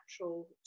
natural